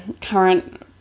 current